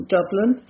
Dublin